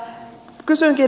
kysynkin